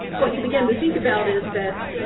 what you begin to think about is that,